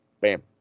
bam